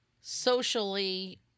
socially